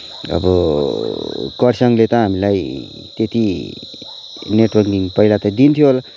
अब खरसाङले त हामीलाई त्यत्ति नेटवर्क पहिला त दिन्थ्यो होला